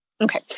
okay